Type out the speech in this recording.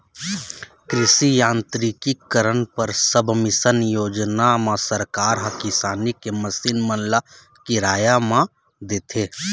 कृषि यांत्रिकीकरन पर सबमिसन योजना म सरकार ह किसानी के मसीन मन ल किराया म देथे